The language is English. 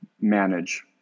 manage